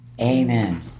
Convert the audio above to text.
Amen